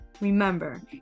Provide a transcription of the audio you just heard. Remember